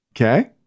Okay